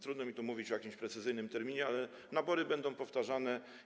Trudno mi tu mówić o jakimś precyzyjnym terminie, ale nabory będą powtarzane.